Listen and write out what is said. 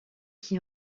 qui